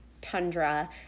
tundra